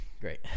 great